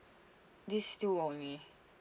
this two only